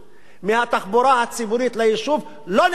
הציבורית ליישוב לא נכנסת אל תוך היישוב,